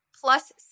plus